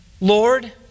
Lord